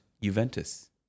Juventus